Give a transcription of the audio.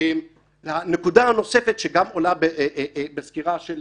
הנקודה הנוספת שגם עולה בסקירה של